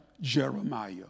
Jeremiah